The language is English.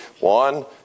One